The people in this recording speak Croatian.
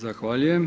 Zahvaljujem.